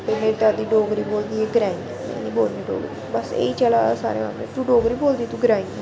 डोगरी बोलदी एह् ग्राईं में नी बोलनी डोगरी बस एह् ही चला दा सारै तूं डोगरी बोलदी तूं ग्राईं ऐ